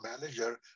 manager